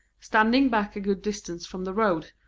standing back a good distance from the road,